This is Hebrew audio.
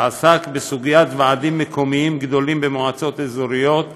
שעסק בסוגיית ועדים מקומיים גדולים במועצות אזוריות,